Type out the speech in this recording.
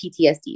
PTSD